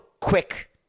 quick